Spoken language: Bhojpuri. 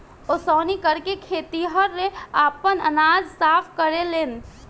ओसौनी करके खेतिहर आपन अनाज साफ करेलेन